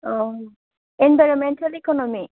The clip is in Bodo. environmental economic